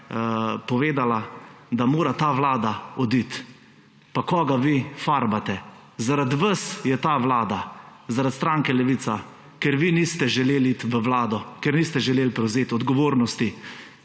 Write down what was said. povedala, da mora ta vlada oditi. Pa koga vi farbate!? Zaradi vas je ta vlada, zaradi stranke Levica, ker vi niste želeli iti v vlado, ker niste želeli prevzeti odgovornosti,